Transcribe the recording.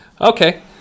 Okay